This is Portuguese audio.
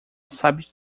sabe